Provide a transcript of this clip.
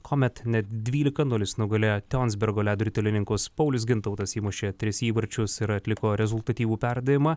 komet net dvylika nulis nugalėjo tionsbergo ledo ritulininkus paulius gintautas įmušė tris įvarčius ir atliko rezultatyvų perdavimą